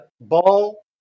Ball